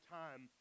time